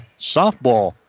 softball